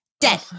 Dead